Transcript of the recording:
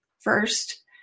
first